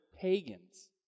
pagans